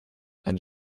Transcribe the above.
end